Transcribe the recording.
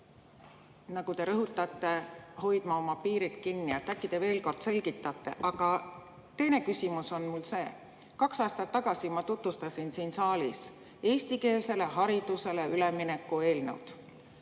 nagu te rõhutate, hoidma oma piirid kinni. Äkki te veel kord selgitate. Aga teine küsimus on mul selline: kaks aastat tagasi ma tutvustasin siin saalis eestikeelsele haridusele ülemineku eelnõu.